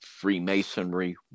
Freemasonry